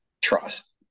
trust